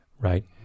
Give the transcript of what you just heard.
right